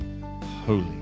holy